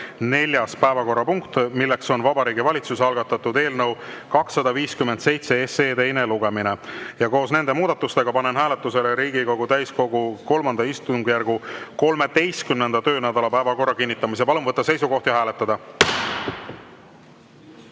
neljas päevakorrapunkt, milleks on Vabariigi Valitsuse algatatud eelnõu 257 teine lugemine. Koos nende muudatustega panen hääletusele Riigikogu täiskogu III istungjärgu 13. töönädala päevakorra kinnitamise. Palun võtta seisukoht ja hääletada!